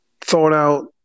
thought-out